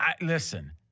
listen